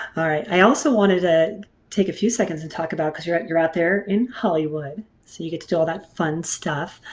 i i also wanted to take a few seconds to talk about because you're you're out there in hollywood so you get to do all that fun stuff.